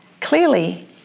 clearly